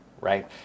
right